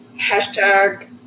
Hashtag